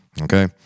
Okay